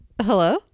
hello